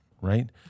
right